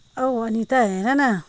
औ अनिता हेर न